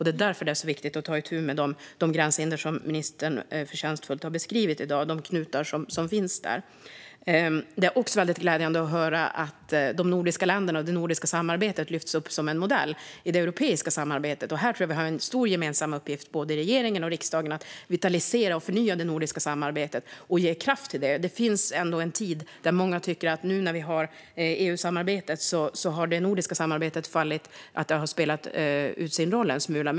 Det är därför det är så viktigt att ta itu med de gränshinder och knutar som ministern så förtjänstfullt har beskrivit i dag. Det är också glädjande att höra att de nordiska länderna och det nordiska samarbetet lyfts upp som en modell i det europeiska samarbetet. Här finns en stor gemensam uppgift för regeringen och riksdagen att vitalisera, förnya och ge kraft till det nordiska samarbetet. Många tycker att i och med EU-samarbetet har det nordiska samarbetet spelat ut sin roll en smula.